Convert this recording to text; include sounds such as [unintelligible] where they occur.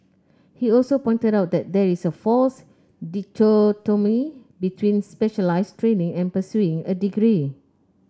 he also pointed out that there is a false [unintelligible] between specialised training and pursuing a degree